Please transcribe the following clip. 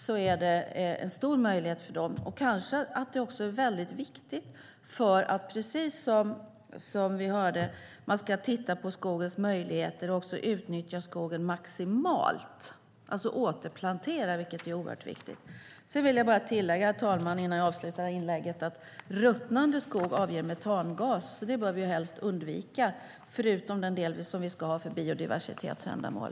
Det är en stor möjlighet för dem. Det är kanske också väldigt viktigt. Precis som vi hörde ska man titta på skogens möjligheter och också utnyttja skogen maximalt, alltså återplantera, vilket är oerhört viktigt. Innan jag avslutar det här inlägget vill jag bara tillägga, herr talman, att ruttnande skog avger metangas. Det bör vi helst undvika, förutom den del som vi ska ha för biodiversitetsändamål.